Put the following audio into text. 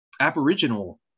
aboriginal